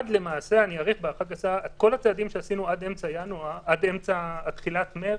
כל הצעדים שעשינו עד תחילת מרץ,